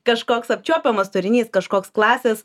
kažkoks apčiuopiamas turinys kažkoks klasės